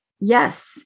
yes